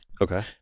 Okay